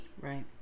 right